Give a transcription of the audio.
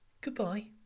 Goodbye